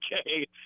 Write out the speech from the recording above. okay